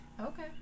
okay